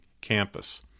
campus